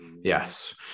Yes